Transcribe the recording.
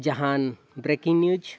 ᱡᱟᱦᱟᱱ breaking news